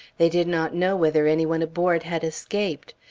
they did not know whether any one aboard had escaped.